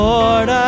Lord